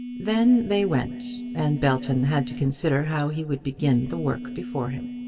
then they went, and belton had to consider how he would begin the work before him.